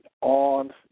on